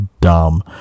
dumb